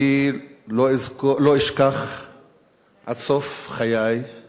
אני לא אשכח עד סוף חיי את